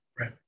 Right